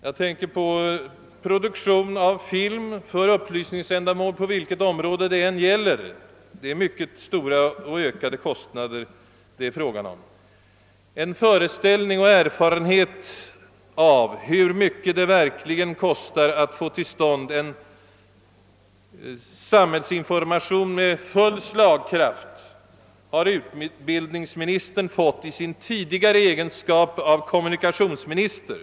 För t.ex. produktion av film för upplysningsändamål på olika områden har det förekommit mycket stora kostnadsökningar. En föreställning om hur mycket det verkligen kostar att få till stånd en samhällsinformation med full slagkraft fick utbildningsministern i sin tidigare egenskap av kommunikationsminister.